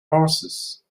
horses